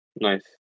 nice